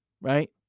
right